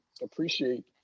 appreciate